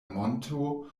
monto